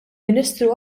ministru